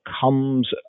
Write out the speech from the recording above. comes